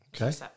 Okay